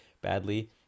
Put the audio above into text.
Badly